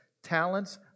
talents